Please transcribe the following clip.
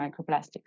microplastics